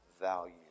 value